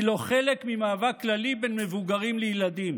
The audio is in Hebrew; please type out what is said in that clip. לא חלק ממאבק כללי בין מבוגרים לילדים.